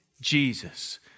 Jesus